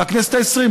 מהכנסת העשרים,